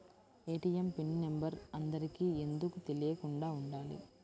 ATM PIN number అందరికి ఎందుకు తెలియకుండా ఉండాలి?